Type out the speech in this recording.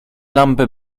lampę